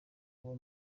abo